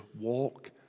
walk